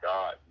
God